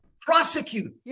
prosecute